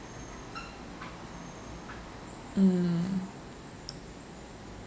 mm